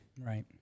Right